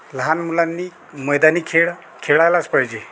लहान मुलांनी मैदानी खेळ खेळायलाच पाहिजे